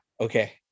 Okay